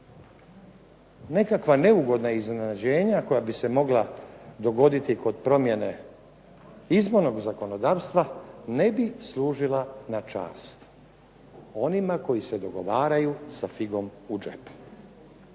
Nekakva neugodna iznenađenja koja bi se mogla dogoditi kod promjene izbornog zakonodavstva, ne bi služila na čast onima koji se dogovaraju sa figom u džepu.